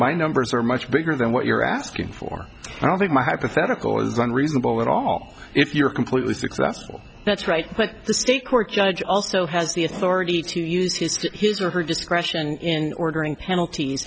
my numbers are much bigger than what you're asking for i don't think my hypothetical is unreasonable at all if you're completely successful that's right but the state court judge also has the authority to use his or her discretion in ordering penalties